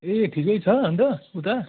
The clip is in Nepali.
ए ठिकै छ अन्त उता